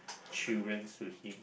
children to him